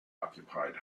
occupied